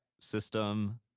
system